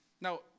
Now